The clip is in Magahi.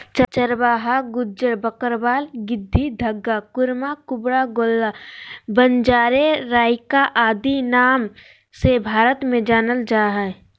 चरवाहा गुज्जर, बकरवाल, गद्दी, धंगर, कुरुमा, कुरुबा, गोल्ला, बंजारे, राइका आदि नाम से भारत में जानल जा हइ